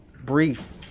brief